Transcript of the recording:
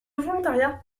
volontariat